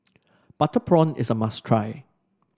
Butter Prawn is a must try